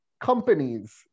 companies